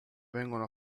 vengono